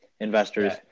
investors